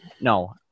No